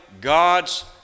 God's